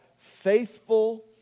faithful